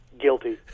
guilty